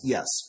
Yes